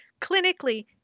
clinically